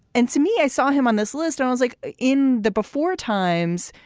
and to me, i saw him on this list. i was like in the before times.